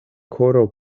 koro